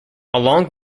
along